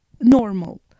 Normal